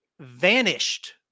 vanished